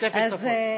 תוספת שפות.